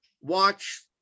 watch